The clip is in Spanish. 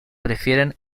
prefieren